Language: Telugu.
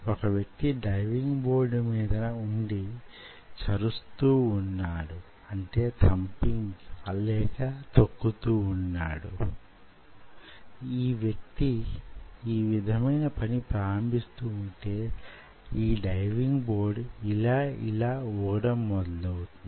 ఒక వ్యక్తి డైవింగ్ బోర్డు మీదన వుండి చరుస్తూ వుంటే లేక తొక్కుతూ వుంటే ఆ వ్యక్తి యీ విధమైన పని ప్రారంభిస్తూ వుంటే యీ డైవింగ్ బోర్డ్ యిలా యిలా వూగడం మొదలు పెడుతుంది